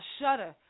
shudder